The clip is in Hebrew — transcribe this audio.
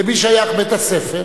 למי שייך בית-הספר?